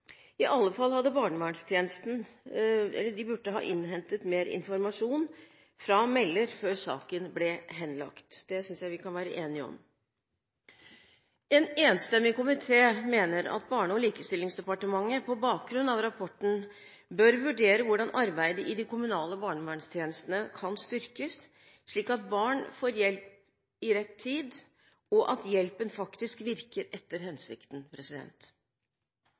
I alle fall burde barnevernstjenesten ha innhentet mer informasjon fra melder før saken ble henlagt. Det synes jeg vi kan være enige om. En enstemmig komité mener at Barne- og likestillingsdepartementet – på bakgrunn av rapporten – bør vurdere hvordan arbeidet i de kommunale barnevernstjenestene kan styrkes, slik at barn får hjelp i rett tid, og at hjelpen faktisk virker etter hensikten.